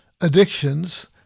addictions